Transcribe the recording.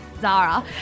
zara